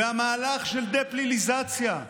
המהלך של דה-פליליזציה,